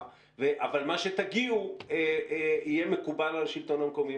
אבל מה שתגיעו יהיה מקובל על השלטון המרכזי.